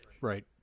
Right